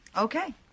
Okay